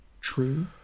True